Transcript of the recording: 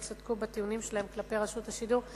צדקו בטיעונים שלהם כלפי רשות השידור,